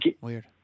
Weird